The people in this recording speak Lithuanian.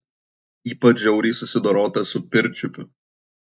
ypač žiauriai susidorota su pirčiupiu